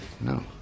No